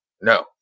no